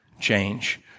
change